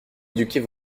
éduquer